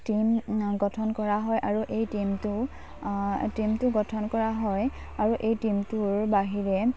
team গঠন কৰা হয় আৰু এই টীমটো টীমটো গঠন কৰা হয় আৰু এই টীমটোৰ বাহিৰে